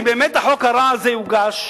שאם באמת החוק הרע הזה יוגש,